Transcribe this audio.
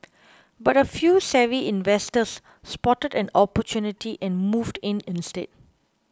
but a few savvy investors spotted an opportunity and moved in instead